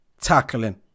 Tackling